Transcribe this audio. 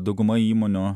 dauguma įmonių